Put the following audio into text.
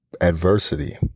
adversity